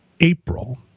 April